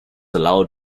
allowed